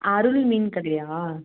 அருள் மீன் கடையா